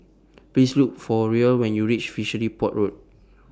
Please Look For Ruel when YOU REACH Fishery Port Road